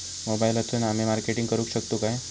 मोबाईलातसून आमी मार्केटिंग करूक शकतू काय?